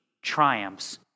triumphs